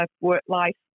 work-life